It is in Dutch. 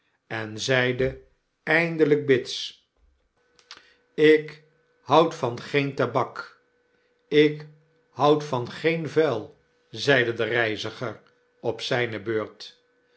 en zeide eindelyk bits jk houd van geen tabak jk houd van geen vuil zeide de reiziger op zijne beurt